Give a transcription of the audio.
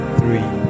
three